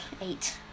eight